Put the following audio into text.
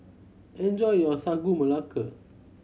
enjoy your Sagu Melaka